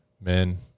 Men